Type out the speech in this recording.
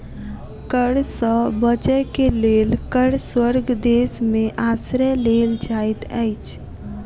कर सॅ बचअ के लेल कर स्वर्ग देश में आश्रय लेल जाइत अछि